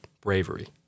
bravery